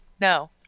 No